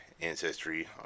ancestry